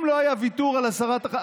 אם לא היה ויתור על הסרת החסינות,